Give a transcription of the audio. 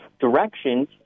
directions